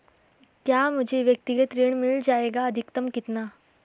क्या मुझे व्यक्तिगत ऋण मिल जायेगा अधिकतम कितना?